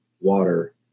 water